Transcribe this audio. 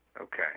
Okay